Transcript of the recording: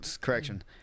correction